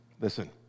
Listen